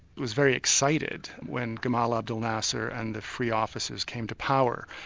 was very excited when gamal abdul nasser and the free officers came to power.